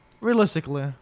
Realistically